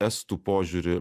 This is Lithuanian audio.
estų požiūrį